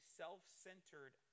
self-centered